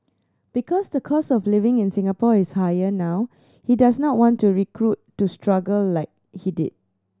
because the cost of living in Singapore is higher now he does not want to recruit to struggle like he did